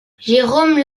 jérôme